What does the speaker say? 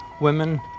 women